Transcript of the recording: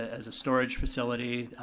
as a storage facility,